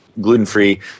gluten-free